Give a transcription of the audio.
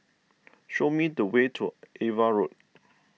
show me the way to Ava Road